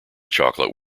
chocolate